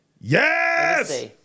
Yes